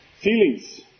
Feelings